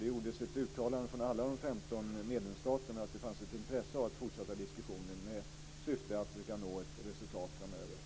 Det gjordes ett uttalande från alla de 15 medlemsstaterna att det fanns ett intresse av att fortsätta diskussionen med syfte att försöka nå ett resultat framöver.